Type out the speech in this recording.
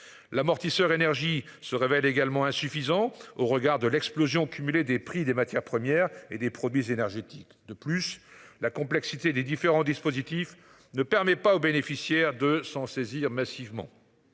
L'amortisseur. Se révèle également insuffisant au regard de l'explosion cumulée des prix des matières premières et des produits énergétiques de plus la complexité des différents dispositifs ne permet pas aux bénéficiaires de s'en saisir massivement.